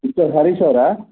mister Harish ಅವರಾ